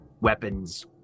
weapons